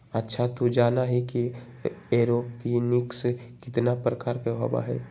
अच्छा तू जाना ही कि एरोपोनिक्स कितना प्रकार के होबा हई?